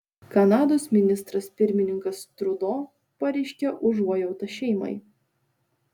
kanados ministras pirmininkas trudo pareiškė užuojautą šeimai